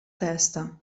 testa